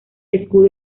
escudo